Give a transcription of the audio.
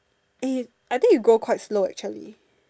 eh I think you grow quite slow actually